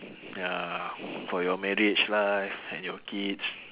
ya for your marriage life and your kids